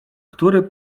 który